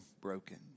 broken